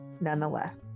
nonetheless